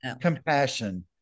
Compassion